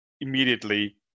immediately